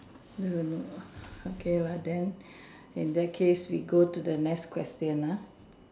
you don't know okay lah then in that case we go to the next question ah